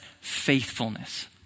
faithfulness